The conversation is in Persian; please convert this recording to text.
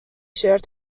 شرت